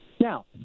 now